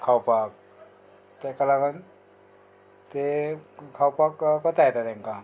खावपाक तेका लागोन तें खावपाक कोता येता तेंकां